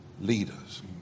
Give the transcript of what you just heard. leaders